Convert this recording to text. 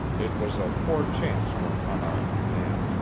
it was a poor chance for an unarmed man,